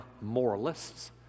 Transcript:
moralists